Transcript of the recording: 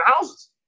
houses